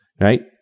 Right